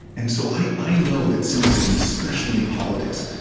and so i i know that cynicism, especially in politics